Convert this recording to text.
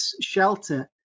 shelter